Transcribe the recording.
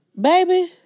baby